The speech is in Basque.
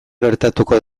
gertatuko